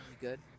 good